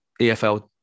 EFL